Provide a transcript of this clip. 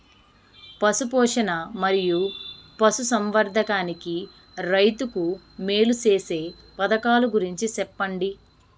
పశు పోషణ మరియు పశు సంవర్థకానికి రైతుకు మేలు సేసే పథకాలు గురించి చెప్పండి?